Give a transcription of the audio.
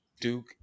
Duke